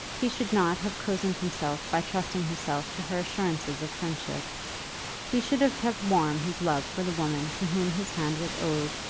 he should not have cozened himself by trusting himself to her assurances of friendship he should have kept warm his love for the woman to whom his hand was owed,